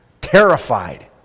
terrified